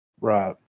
Right